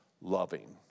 loving